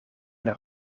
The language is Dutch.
naar